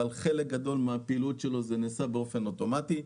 אבל חלק גדול מהפעילות שלו נעשית באופן אוטומטי.